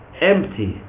empty